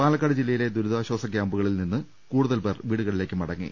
പാലക്കാട് ജില്ലയിലെ ദുരിതാശ്വാസ ക്യാമ്പുകളിൽ നിന്ന് കൂടുതൽ പേർ വീടുകളിലേക്ക് മടങ്ങി